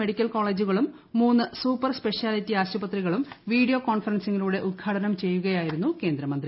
medical കോളേജുകളും മൂന്ന് super speciality ആശുപത്രികളും വീഡിയോ ക്കോൺഫറൻസിലൂടെ ഉദ്ഘാടനം ചെയ്യുകയായിരുന്നു കേന്ദ്രമുന്ത്രി